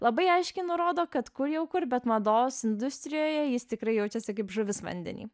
labai aiškiai nurodo kad kur jau kur bet mados industrijoje jis tikrai jaučiasi kaip žuvis vandeny